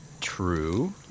True